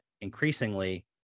increasingly